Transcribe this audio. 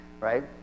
right